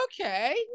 Okay